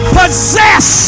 possess